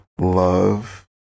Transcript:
Love